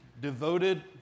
devoted